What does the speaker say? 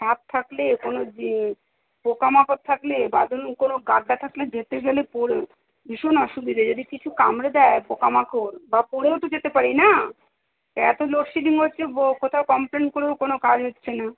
সাপ থাকলে কোনো জী পোকামাকড় থাকলে বা ধরুন কোনো গাড্ডা থাকলে যেতে গেলে পড়ে ভীষণ অসুবিধে যদি কিছু কামড়ে দেয় পোকামাকড় বা পড়েও তো যেতে পারি না এত লোডশেডিং হচ্ছে বো কোথাও কমপ্লেন করেও কোনো কাজ হচ্ছে না